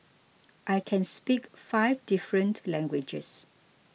I can speak five different languages